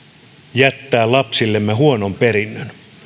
jättää lapsillemme huonon perinnön